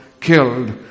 killed